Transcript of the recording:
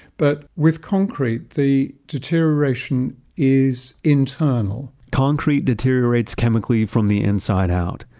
but with concrete, the deterioration is internal concrete deteriorates chemically from the inside out.